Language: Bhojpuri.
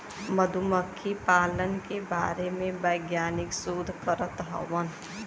मधुमक्खी पालन के बारे में वैज्ञानिक शोध करत हउवन